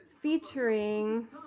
featuring